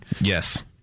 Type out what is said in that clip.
Yes